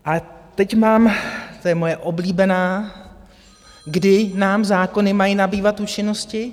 A teď mám to je moje oblíbená kdy nám zákony mají nabývat účinnosti?